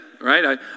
right